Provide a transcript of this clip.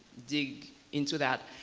dig into that.